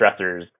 stressors